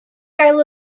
gael